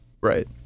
right